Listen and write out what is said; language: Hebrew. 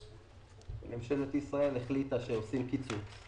ממשלת ישראל החליטה שעושים קיצוץ.